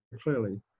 clearly